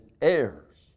heirs